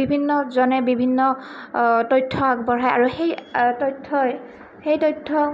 বিভিন্নজনে বিভিন্ন তথ্য আগবঢ়ায় আৰু সেই তথ্যই সেই তথ্য